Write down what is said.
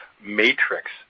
matrix